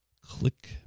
Click